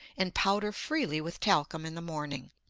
and powder freely with talcum in the morning.